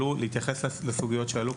להתייחס לסוגיות שעלו?